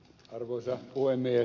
arvoisa puhemies